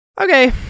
Okay